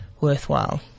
worthwhile